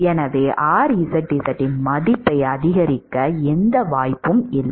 எனவே rzz இன் மதிப்பை அதிகரிக்க எந்த வாய்ப்பும் இல்லை